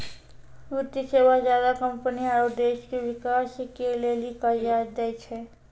वित्तीय सेवा ज्यादा कम्पनी आरो देश के बिकास के लेली कर्जा दै छै